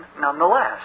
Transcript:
nonetheless